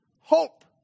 Hope